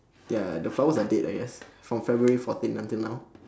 ya the flowers are dead I guess from february fourteen until now